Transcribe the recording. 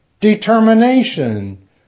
determination